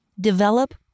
Develop